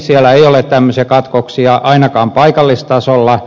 siellä ei ole tämmöisiä katkoksia ainakaan paikallistasolla